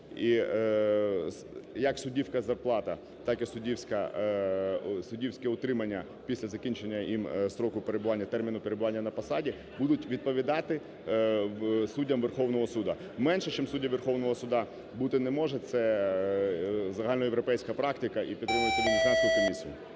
І як суддівська зарплата, так і суддівське утримання після закінчення ними строку перебування, терміну перебування на посаді, будуть відповідати суддям Верховного Суду. Менше чим судді Верховного Суду бути не може, це загальноєвропейська практика і підтримано Венеціанською комісію.